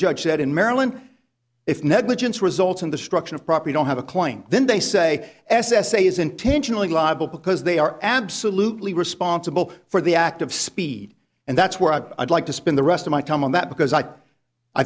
judge said in maryland if negligence results and destruction of property don't have a claim then they say s s a is intentionally liable because they are absolutely responsible for the act of speed and that's where i'd like to spend the rest of my time on that because i i